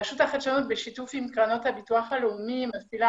רשות החדשנות בשיתוף עם קרנות הביטוח הלאומי מפעילה